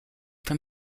from